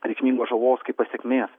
reikšmingos žalos kaip pasekmės